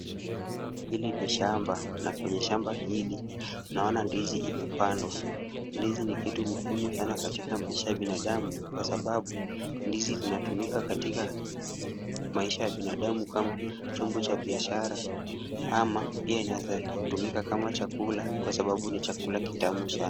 Hili ni shamba na kwenye shamba hili naona ndizi imepandwa. Ndizi ni kitu muhimu sana katika maisha ya binadamu kwa sababu ndizi linatumika katika maisha ya binadamu kama chombo cha biashara, ama pia inaweza tumika kama chakula kwa sababu ni chakula kitamu sana.